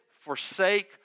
forsake